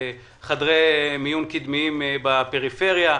חדרי מיון קדמיים בפריפריה,